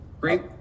great